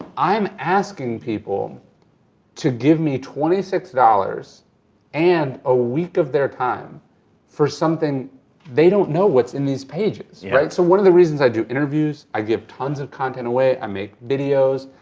i'm asking people to give me twenty six dollars and a week of their time for something they don't know what's in these pages. so one of the reasons i do interviews, i give tons of content away, i make videos,